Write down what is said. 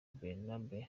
bernabe